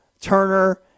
Turner